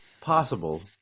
possible